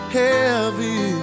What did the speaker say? heavy